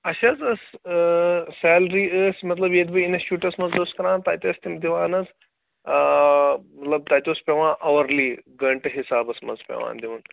اَسہِ حظ ٲس سیلری ٲس مطلب ییٚتہِ بہٕ اِنَسچوٗٹَس منٛز اوسُس کران تَتہِ ٲسۍ تِم دِوان حظ مطلب تَتہِ اوس پٮ۪وان اوٚوَرلی گٲنٛٹہٕ حسابَس منٛز پٮ۪وان دیُن